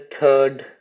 third